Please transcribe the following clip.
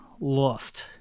lost